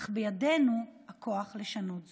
אך בידינו הכוח לשנות זאת.